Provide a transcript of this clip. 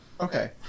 Okay